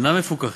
שאינם מפוקחים,